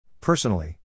Personally